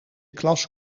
klas